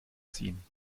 ziehen